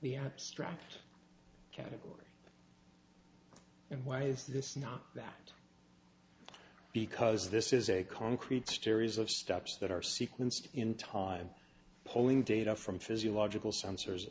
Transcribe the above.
the abstract category and why is this not that because this is a concrete stories of steps that are sequenced in time polling data from physiological sensors